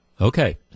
Okay